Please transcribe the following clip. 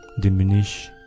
diminish